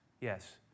yes